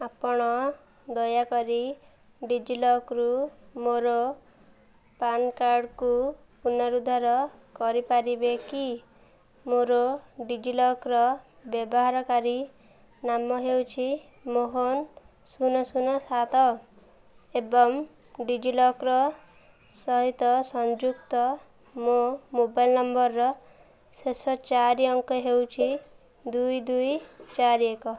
ଆପଣ ଦୟାକରି ଡିଜିଲକର୍ରୁ ମୋର ପାନ୍ କାର୍ଡ଼କୁ ପୁନରୁଦ୍ଧାର କରିପାରିବେ କି ମୋର ଡିଜିଲକର୍ର ବ୍ୟବହାରକାରୀ ନାମ ହେଉଛି ମୋହନ ଶୂନ ଶୂନ ସାତ ଏବଂ ଡିଜିଲକର୍ର ସହିତ ସଂଯୁକ୍ତ ମୋ ମୋବାଇଲ୍ ନମ୍ବର୍ର ଶେଷ ଚାରି ଅଙ୍କ ହେଉଛି ଦୁଇ ଦୁଇ ଚାରି ଏକ